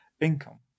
income